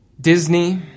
Disney